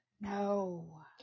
No